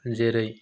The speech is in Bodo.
जेरै